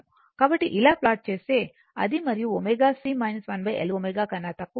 కాబట్టి ఇలా ప్లాట్ చేస్తే అది మరియు ω C 1L ω 0 కన్నా తక్కువ